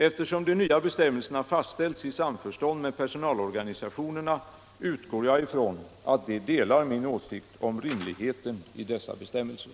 Eftersom de nya bestämmelserna fastställts i samförstånd med personalorganisationerna, utgår jag ifrån att de delar min åsikt om rimligheten i dessa bestämmelser.